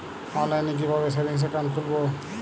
অনলাইনে কিভাবে savings account খুলবো?